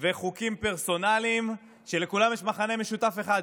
וחוקים פרסונליים שלכולם יש מכנה משותף אחד.